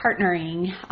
partnering